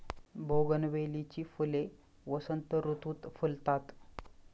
बोगनवेलीची फुले वसंत ऋतुत फुलतात